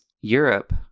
Europe